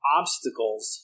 obstacles